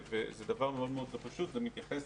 זה דבר לא פשוט וזה מתייחס